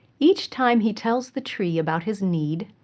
each time he tells the tree about his need,